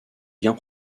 bien